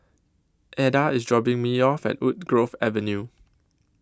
Eda IS dropping Me off At Woodgrove Avenue